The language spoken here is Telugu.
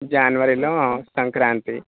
జనవరిలో సంక్రాంతి